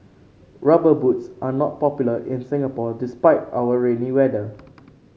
rubber boots are not popular in Singapore despite our rainy weather